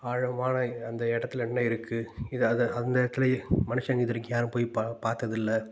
ஆழமான அந்த இடத்துல என்ன இருக்குது இதை அதை அந்த இடத்துலயே மனுஷங்க இது வரைக்கும் யாரும் போய் பா பார்த்தது இல்லை